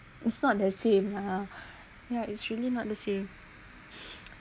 it's not the same lah yeah it's really not the same